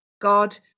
God